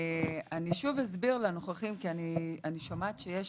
אני אסביר לנוכחים, אני שומעת שיש